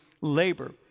labor